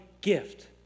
gift